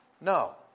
No